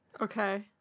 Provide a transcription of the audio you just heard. Okay